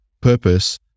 purpose